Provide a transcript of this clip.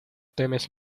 temes